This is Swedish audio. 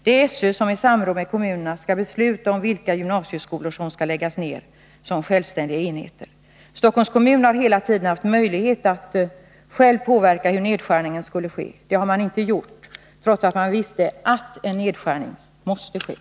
Det är SÖ som i samråd med kommunerna skall besluta om vilka gymnasieskolor som skall läggas ner som självständiga enheter. Stockholms kommun har hela tiden haft möjlighet att själv påverka hur nedskärningen skulle ske, men det har man inte gjort, trots att man vetat att en nedskärning måste göras.